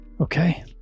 Okay